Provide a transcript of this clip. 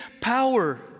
power